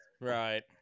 Right